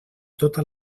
tota